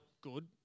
good